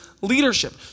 leadership